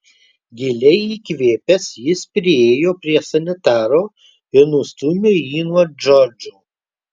giliai įkvėpęs jis priėjo prie sanitaro ir nustūmė jį nuo džordžo